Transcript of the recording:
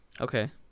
Okay